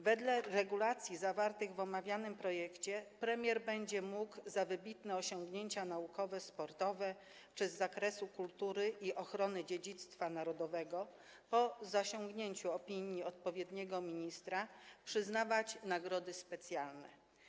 Wedle regulacji zawartych w omawianym projekcie premier będzie mógł, za wybitne osiągnięcia naukowe, sportowe czy z zakresu kultury i ochrony dziedzictwa narodowego, po zasięgnięciu opinii odpowiedniego ministra, przyznawać nagrody specjalne.